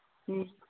ꯎꯝ